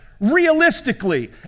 realistically